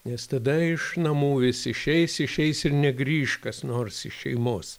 nes tada iš namų vis išeis išeis ir negrįš kas nors iš šeimos